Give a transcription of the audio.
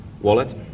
wallet